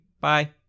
Bye